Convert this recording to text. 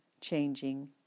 changing